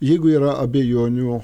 jeigu yra abejonių